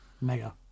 mega